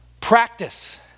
Practice